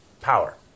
power